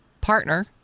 partner